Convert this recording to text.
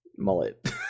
mullet